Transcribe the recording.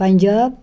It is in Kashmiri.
پنٛجاب